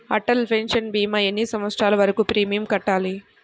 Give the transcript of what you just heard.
Atal pension భీమా ఎన్ని సంవత్సరాలు వరకు ప్రీమియం కట్టాలి?